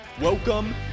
Welcome